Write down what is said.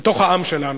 בתוך העם שלנו.